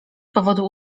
powodu